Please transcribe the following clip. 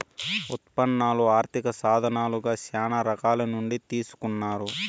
ఉత్పన్నాలు ఆర్థిక సాధనాలుగా శ్యానా రకాల నుండి తీసుకున్నారు